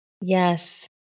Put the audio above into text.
Yes